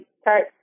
start